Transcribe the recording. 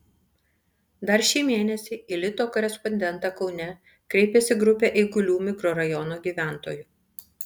dar šį mėnesį į lito korespondentą kaune kreipėsi grupė eigulių mikrorajono gyventojų